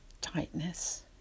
tightness